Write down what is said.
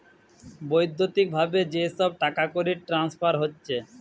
বৈদ্যুতিক ভাবে যে সব টাকাকড়ির ট্রান্সফার হচ্ছে